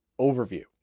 overview